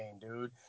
dude